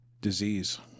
disease